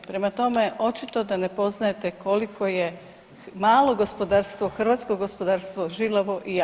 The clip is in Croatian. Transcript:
Prema tome, očito da ne poznajete koliko je malo gospodarstvo, hrvatsko gospodarstvo, žilavo i jako.